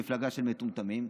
"מפלגה של מטומטמים",